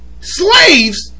Slaves